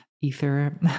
ether